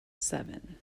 seven